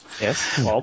Yes